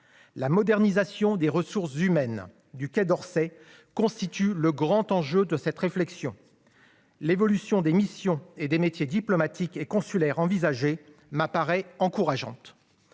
la modernisation des ressources humaines du Quai d'Orsay constitue le grand enjeu de cette réflexion. L'évolution des missions et des métiers diplomatiques et consulaires envisagée me paraît encourageante.